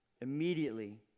Immediately